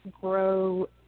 grow